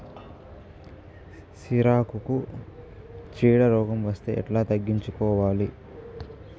సిరాకుకు చీడ రోగం వస్తే ఎట్లా తగ్గించుకోవాలి?